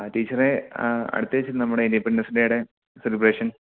ആ ടീച്ചറെ അടുത്ത ആഴ്ച്ച നമ്മുടെ ഇൻഡിപ്പെൻഡൻസ് ഡേയുടെ സെലിബ്രേഷൻ